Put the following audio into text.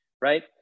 right